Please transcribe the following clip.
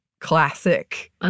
classic